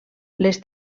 les